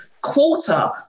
quarter